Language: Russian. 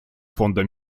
фонда